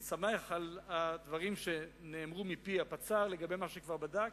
אני שמח על הדברים שאמר הפצ"ר לגבי מה שכבר בדק.